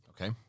Okay